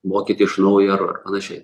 mokyt iš naujo ar panašiai